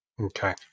Okay